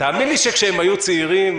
תאמיני לי שכשהם היו צעירים,